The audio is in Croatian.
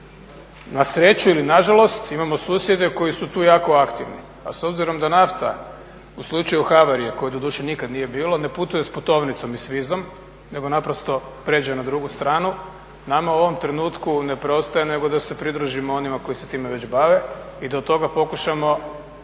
Na sreću ili nažalost, imamo susjede koji su tu jako aktivni, a s obzirom da nafta, u slučaju havarije koje doduše nikad nije bilo, ne putuje s putovnicom i s vizom, nego naprosto pređe na drugu stranu, nama u ovom trenutku ne preostaje nego da se pridružimo onima koji se time već bave i da od toga pokušamo